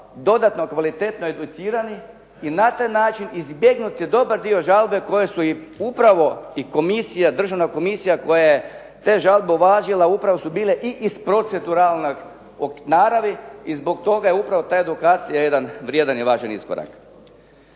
dodatno kvalitetno educirani i na taj način izbjegnut je dobar dio žalbe koje su i upravo i državna komisija koja je te žalbe uvažila upravo su bile i iz proceduralne naravi i zbog toga je upravo ta edukacija jedan vrijedan i važan iskorak.